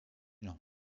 laon